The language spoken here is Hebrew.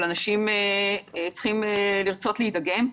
אבל אנשים צריכים לרצות להידגם,